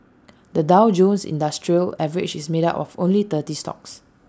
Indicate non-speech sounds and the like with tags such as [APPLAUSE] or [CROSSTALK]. [NOISE] the Dow Jones industrial average is made up of only thirty stocks